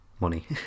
money